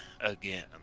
again